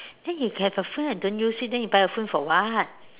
then you can have a phone and don't use it then you buy a phone for what